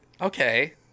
Okay